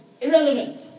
irrelevant